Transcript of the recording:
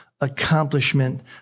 accomplishment